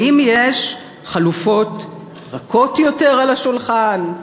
האם יש חלופות רכות יותר על השולחן?